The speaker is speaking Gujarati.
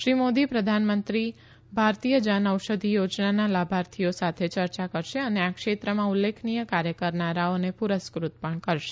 શ્રી મોદી પ્રધાનમંત્રી ભારતીય જન ઔષધિ યોજનાના લાભાર્થીઓ સાથે ચર્ચા કરશે અને આ ક્ષેત્રમાં ઉલ્લેખનીય કાર્ય કરનારાઓને પુરસ્કૃત પણ કરશે